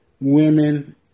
women